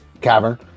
cavern